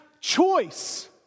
choice